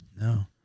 no